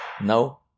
now